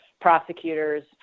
prosecutors